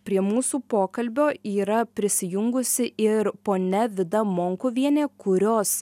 prie mūsų pokalbio yra prisijungusi ir ponia vida monkuvienė kurios